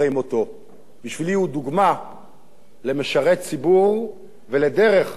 בשבילי הוא דוגמה למשרת ציבור ולדרך